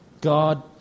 God